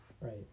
Right